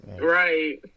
Right